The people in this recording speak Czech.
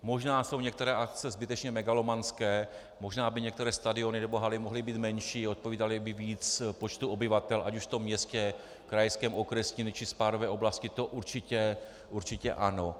Možná jsou některé akce zbytečně megalomanské, možná by některé stadiony nebo haly mohly být menší, odpovídaly by více počtu obyvatel ať už ve městě, krajské, okresní či spádové oblasti, to určitě ano.